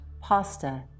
pasta